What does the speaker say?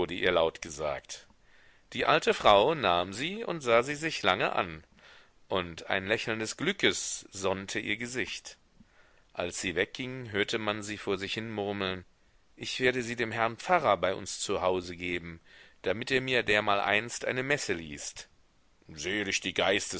ihr laut gesagt die alte frau nahm sie und sah sie sich lange an und ein lächeln des glückes sonnte ihr gesicht als sie wegging hörte man sie vor sich hinmurmeln ich werde sie dem herrn pfarrer bei uns zu hause geben damit er mir dermaleinst eine messe liest selig die